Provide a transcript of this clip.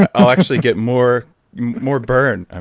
i'll actually get more more burn.